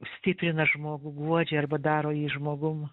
stiprina žmogų guodžia arba daro jį žmogum